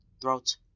throat